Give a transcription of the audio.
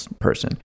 person